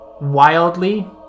wildly